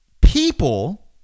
people